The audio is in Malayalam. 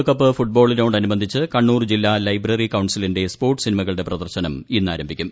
ലോകകപ്പ് ഫുട്ബോളിനോട നുബന്ധിച്ച് കണ്ണൂർ ജില്ലാ ലൈബ്രറി കൌൺസിലിന്റെ സ്പോർട്സ് സിനിമകളുടെ പ്രദർശനം ഇന്നാരംഭിക്കും